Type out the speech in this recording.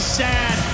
sad